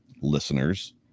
listeners